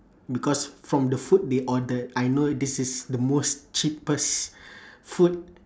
because from the food they ordered I know this is the most cheapest food